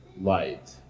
light